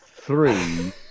three